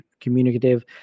communicative